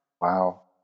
Wow